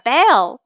Bell